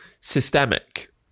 systemic